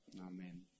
amen